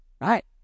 right